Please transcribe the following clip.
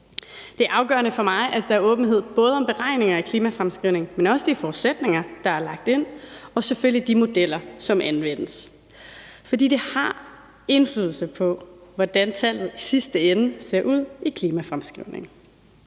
Det er afgørende for mig, at der er åbenhed både om beregninger i klimafremskrivningen, men også om de forudsætninger, der er lagt ind, og selvfølgelig om de modeller, som anvendes, for det har indflydelse på, hvordan tallet i sidste ende ser ud i klimafremskrivningen.